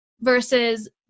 versus